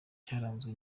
cyaranzwe